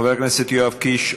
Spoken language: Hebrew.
חבר הכנסת יואב קיש,